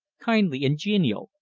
kindly and genial,